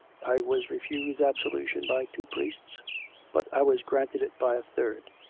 i was refused absolution by two priests but i was granted it by a third.